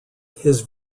his